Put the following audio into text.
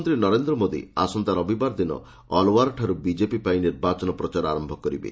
ପ୍ରଧାନମନ୍ତ୍ରୀ ନରେନ୍ଦ୍ର ମୋଦି ଆସନ୍ତା ରବିବାର ଦିନ ଅଲ୍ୱାରଠାରୁ ବିଜେପି ପାଇଁ ନିର୍ବାଚନ ପ୍ରଚାର ଆରମ୍ଭ କରିବେ